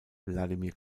wladimir